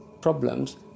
problems